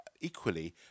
equally